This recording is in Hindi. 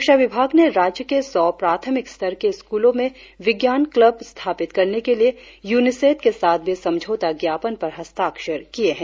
शिक्षा विभाग ने राज्य के सौ प्राथमिक स्तर के स्कूलों में विज्ञान क्लब स्थापित करने के लिए यूनिसेड के साथ भी समझौता ज्ञापत पर हस्ताक्षर किए है